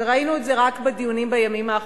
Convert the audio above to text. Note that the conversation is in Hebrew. וראינו את זה רק בדיונים בימים האחרונים,